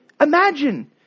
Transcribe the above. Imagine